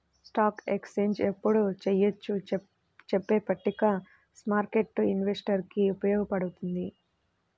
stock exchange ఎప్పుడు చెయ్యొచ్చో చెప్పే పట్టిక స్మార్కెట్టు ఇన్వెస్టర్లకి ఉపయోగపడుతుంది